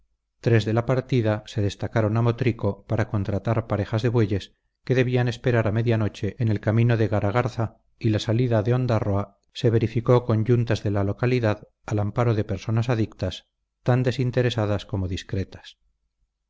tres de la partida se destacaron a motrico para contratar parejas de bueyes que debían esperar a media noche en el camino de garagarza y la salida de ondárroa se verificó con yuntas de la localidad al amparo de personas adictas tan desinteresadas como discretas